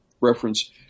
reference